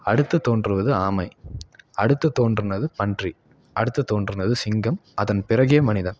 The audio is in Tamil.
அடுத்து தோன்றுவது ஆமை அடுத்து தோன்றினது பன்றி அடுத்து தோன்றினது சிங்கம் அதன் பிறகே மனிதன்